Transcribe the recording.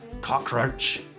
cockroach